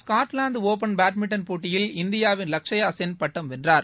Scotland open badminton போட்டியில் இந்தியாவின் லக்ஷயா சென் பட்டம் வென்றார்